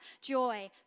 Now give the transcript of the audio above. joy